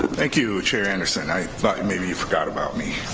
thank you chair anderson, i thought maybe you forgot about me.